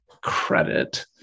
credit